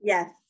Yes